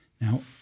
Now